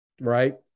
right